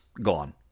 gone